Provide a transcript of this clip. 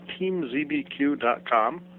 teamzbq.com